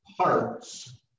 parts